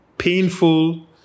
painful